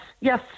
yes